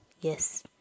Yes